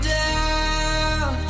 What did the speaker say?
down